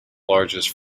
largest